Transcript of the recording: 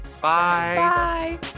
Bye